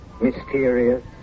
mysterious